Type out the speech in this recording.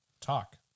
Talk